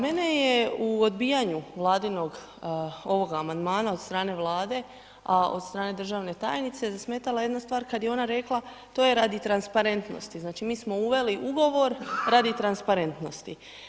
Mene je u odbijanju Vladinog ovog amandmana od strane Vlade a od strane državne tajnice zasmetala jedna stvar kad je ona rekla, to je radi transparentnosti, znači mi smo uveli ugovor radi transparentnosti.